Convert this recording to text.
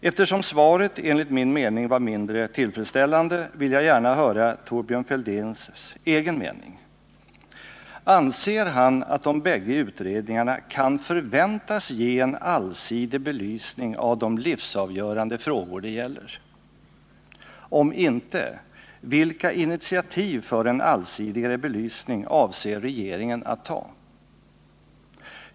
Eftersom svaret enligt min mening var mindre tillfredsställande, vill jag gärna höra Thorbjörn Fälldins egen mening: Anser Thorbjörn Fälldin att de bägge utredningarna kan förväntas ge en allsidig belysning av de livsavgörande frågor det gäller? Om inte, vilka initiativ för en allsidigare belysning avser regeringen att ta?